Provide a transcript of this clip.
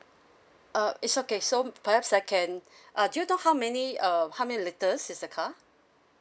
uh it's okay so perhaps I can uh do you know how many uh how many litres is the car